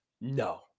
No